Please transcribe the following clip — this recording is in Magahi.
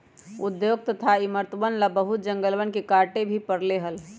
उद्योग तथा इमरतवन ला बहुत जंगलवन के काटे भी पड़ले हल